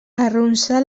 arronsà